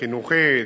חינוכית,